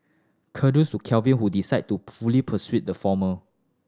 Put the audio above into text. Kudos to Kevin who decided to fully pursue the former